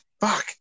Fuck